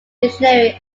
dictionary